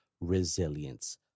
resilience